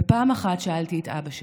ופעם אחת שאלתי את אבא שלי: